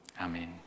amen